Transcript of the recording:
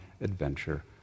adventure